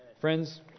Friends